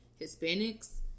hispanics